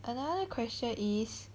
another question is